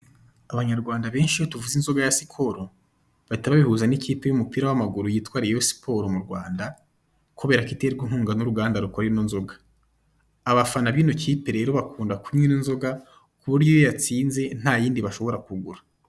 Abanyarwanda benshi iyo tuvuze inzoga ya Skol bahita babihuza n'ikipe y'umupira w'amaguru yitwa Rayon sports mu Rwanda kubera ko iterwa inkunga n'uruganda rukora ino nzoga, abafana bino kipe rero bakunda kunywa ino nzoga ku buryo iyo yatsinze nta yindi bashobora kugura.